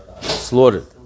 slaughtered